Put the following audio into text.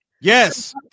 Yes